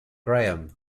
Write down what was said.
graham